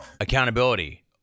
accountability